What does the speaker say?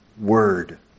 Word